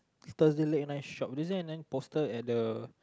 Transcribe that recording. thursday late night shop is there another poster at the